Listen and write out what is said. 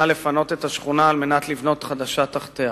לפנות את השכונה על מנת לבנות חדשה תחתיה.